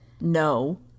No